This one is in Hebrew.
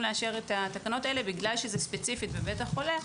לאשר את התקנות האלה בגלל שזה ספציפית בבית החולה.